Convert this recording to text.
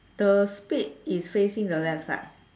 the spade is facing the left side